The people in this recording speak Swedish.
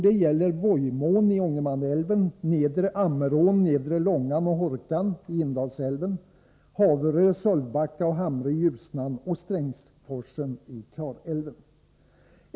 Det gäller: Vojmån i Ångermanälven, nedre Ammerån, nedre Långan och Hårkan i Indalsälven, Haverö, Sölvbacka och Hamre i Ljusnan och Strängsforsen i Klarälven.